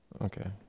Okay